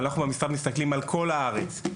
אנחנו במשרד מסתכלים על כל הארץ,